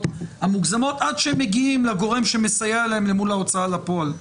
המוגזמות עד שהם מגיעים לגורם שמסייע להם אל מול ההוצאה לפועל.